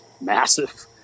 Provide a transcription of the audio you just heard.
massive